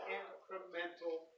incremental